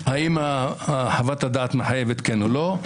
האם חוות הדעת מחייבת כן או לא,